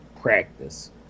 practice